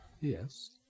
Yes